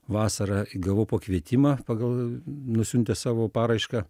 vasarą gavau pakvietimą pagal nusiuntęs savo paraišką